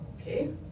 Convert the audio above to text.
Okay